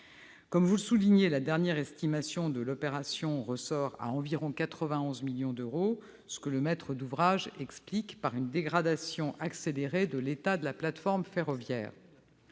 que vous le soulignez, la dernière estimation de l'opération s'élève à environ 91 millions d'euros, montant que le maître d'ouvrage explique par une dégradation accélérée de l'état de la plateforme ferroviaire.